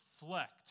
reflect